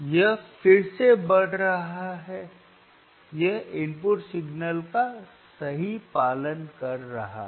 यह फिर से बढ़ रहा है यह इनपुट सिग्नल का सही पालन कर रहा है